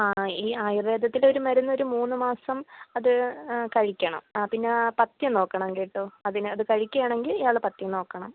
ആ ഈ ആയുർവേദത്തിൻ്റെയൊരു മരുന്നൊരു മൂന്ന് മാസം അത് കഴിക്കണം ആ പിന്നെ പഥ്യം നോക്കണം കേട്ടോ അതിന് അത് കഴിക്കുകയാണെങ്കിൽ ഇയാള് പഥ്യം നോക്കണം